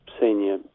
senior